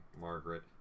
Margaret